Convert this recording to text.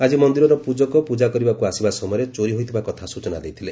ଆକି ମନ୍ଦିରର ପୂଜକ ପୂଜା କରିବାକୁ ଆସିବା ସମୟରେ ଚୋରି ହୋଇଥିବା କଥା ସୂଚନା ଦେଇଥିଲେ